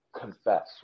confess